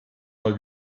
mal